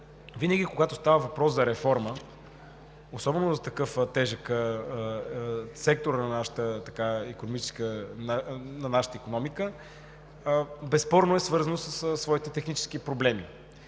Винаги, когато става въпрос за реформа, особено за такъв тежък сектор на нашата икономика, безспорно е свързано със своите технически проблеми.